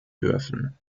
dürfen